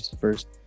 first